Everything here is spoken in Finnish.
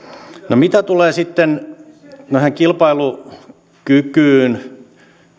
no mitä tulee sitten kilpailukykyyn